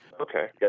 Okay